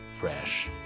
fresh